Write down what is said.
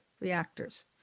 reactors